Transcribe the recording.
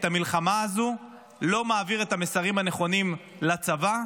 המלחמה הזו לא מעביר את המסרים הנכונים לצבא.